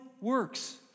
works